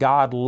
God